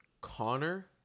Connor